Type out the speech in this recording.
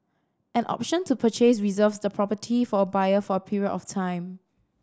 an option to purchase reserves the property for a buyer for a period of time